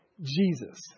Jesus